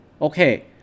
okay